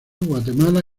guatemala